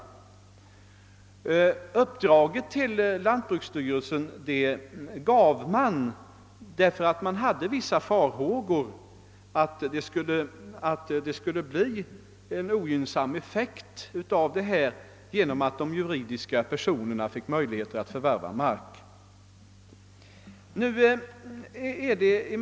Detta uppdrag gavs åt lantbruksstyrelsen därför att man hyste vissa farhågor för att effekten av lagen kunde bli ogynnsam, eftersom juridiska personer fick möjlighet att förvärva mark.